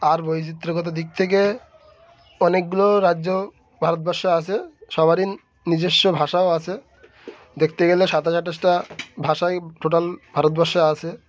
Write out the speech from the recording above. আর বৈচিত্রগত দিক থেকে অনেকগুলো রাজ্য ভারতবর্ষে আসে সবারির নিজস্ব ভাষাও আছে দেখতে গেলে সাতাস আঠাশটা ভাষাই টোটাল ভারতবর্ষে আসে